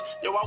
yo